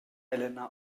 helena